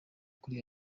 kuri